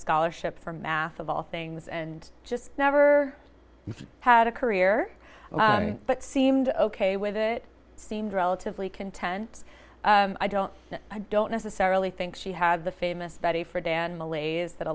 scholarship for math of all things and just never had a career but seemed ok with it seemed relatively content i don't i don't necessarily think she had the famous betty for dan malays that a